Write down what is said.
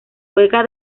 juega